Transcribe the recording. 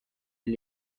ils